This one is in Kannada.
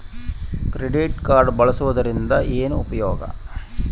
ಕ್ರೆಡಿಟ್ ಕಾರ್ಡ್ ಬಳಸುವದರಿಂದ ಏನು ಉಪಯೋಗ?